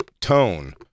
tone